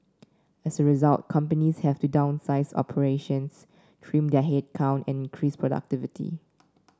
as a result companies have to downsize operations trim their headcount and increase productivity